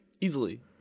Easily